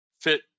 fit